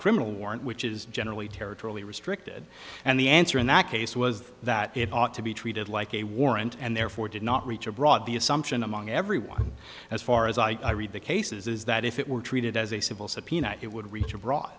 criminal warrant which is generally territory restricted and the answer in that case was that it ought to be treated like a warrant and therefore did not reach abroad the assumption among everyone as far as i read the cases is that if it were treated as a civil subpoena it would reach abroad